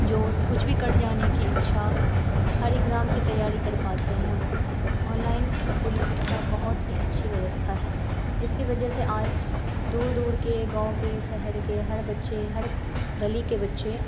जोश कुछ भी कर जाने की इच्छा हर इग्ज़ाम की तैयारी कर पाते हैं वे ऑनलाइन स्कूली शिक्षा बहुत ही अच्छी व्यवस्था है जिसकी वजह से आज दूर दूर के गाँव के शहर के हर बच्चे हर गली के बच्चे